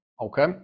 Okay